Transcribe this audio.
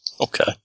Okay